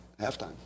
halftime